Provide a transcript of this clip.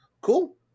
Cool